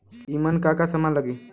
ईमन का का समान लगी?